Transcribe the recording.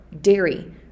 dairy